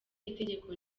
itegeko